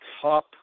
top